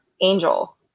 angel